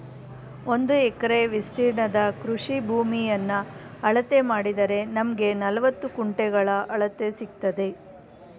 ಒಂದು ಎಕರೆ ವಿಸ್ತೀರ್ಣದ ಕೃಷಿ ಭೂಮಿಯನ್ನ ಅಳತೆ ಮಾಡಿದರೆ ನಮ್ಗೆ ನಲವತ್ತು ಗುಂಟೆಗಳ ಅಳತೆ ಸಿಕ್ತದೆ